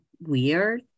weird